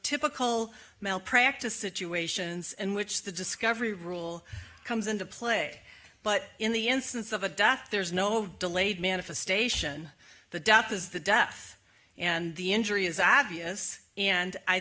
typical malpractise situations in which the discovery rule comes into play but in the instance of a death there's no delayed manifestation the death is the death and the injury is obvious and i